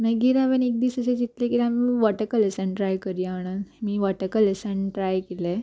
मागीर हांवेन एक दीस अशें चितले की आमी वॉटर कलर्सान ट्राय करया म्हणोन आमी वॉटर कलर्सान ट्राय केले